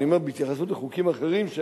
אני אומר בהתייחסות לחוקים אחרים, חוקים אחרים?